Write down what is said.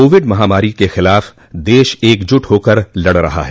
Covid महामारी के खिलाफ देश एकजुट होकर लड़ रहा है